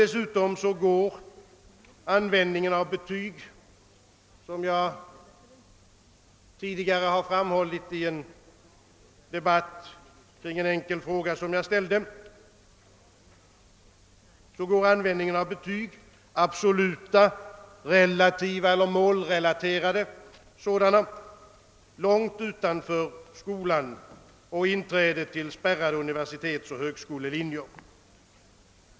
Som jag tidigare har framhållit i en debatt kring en enkel fråga som jag ställde går användningen av betyg, absoluta, relativa..eller målrelateradeså dana, långt utanför skolan och inträdet till spärrade universitets och högskolelinjer.